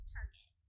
Target